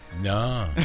No